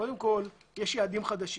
קודם כול יש יעדים חדשים.